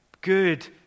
good